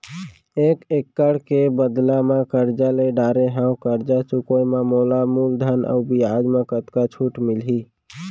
एक एक्कड़ के बदला म करजा ले डारे हव, करजा चुकाए म मोला मूलधन अऊ बियाज म कतका छूट मिलही?